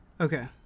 Okay